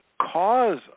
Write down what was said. cause